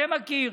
שמכיר,